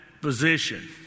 position